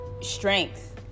strength